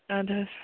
اَدٕ حظ